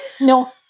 No